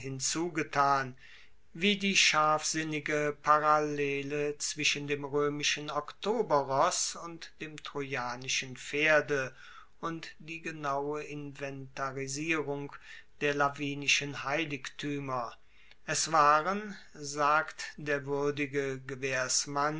hinzugetan wie die scharfsinnige parallele zwischen dem roemischen oktoberross und dem trojanischen pferde und die genaue inventarisierung der lavinischen heiligtuemer es waren sagt der wuerdige